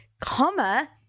comma